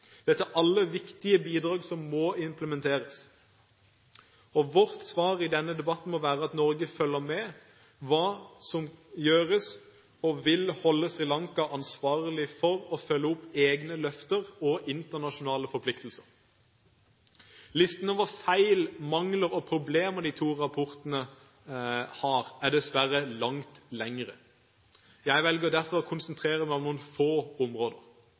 Dette er alle viktige bidrag som må implementeres. Og vårt svar i denne debatten må være at Norge følger med på hva som gjøres, og vil holde Sri Lanka ansvarlig for å følge opp egne løfter og internasjonale forpliktelser. Listen over feil, mangler og problemer de to rapportene har, er dessverre langt lengre. Jeg velger derfor å konsentrere meg om noen få områder.